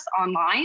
online